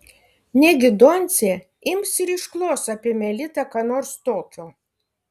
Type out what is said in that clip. negi doncė ims ir išklos apie melitą ką nors tokio